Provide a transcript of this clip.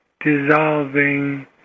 dissolving